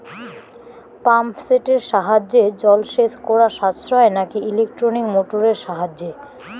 Pump সেটের সাহায্যে জলসেচ করা সাশ্রয় নাকি ইলেকট্রনিক মোটরের সাহায্যে?